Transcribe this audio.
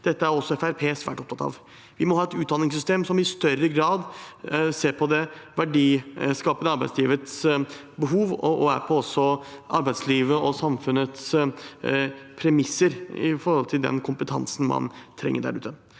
Dette er også Fremskrittspartiet svært opptatt av. Vi må ha et utdanningssystem som i større grad ser på det verdiskapende arbeidslivets behov og er på arbeidslivets og samfunnets premisser når det gjelder den kompetansen man trenger der ute.